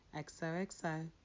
XOXO